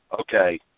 okay